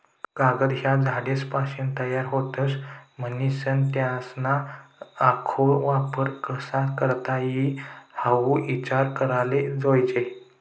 कागद ह्या झाडेसपाशीन तयार व्हतस, म्हनीसन त्यासना आखो वापर कशा करता ई हाऊ ईचार कराले जोयजे